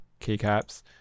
keycaps